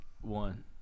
one